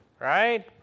right